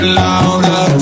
louder